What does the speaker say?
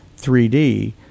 3D